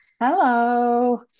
Hello